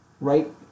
right